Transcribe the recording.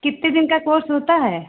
कितने दिन का कोर्स होता है